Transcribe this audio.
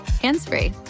hands-free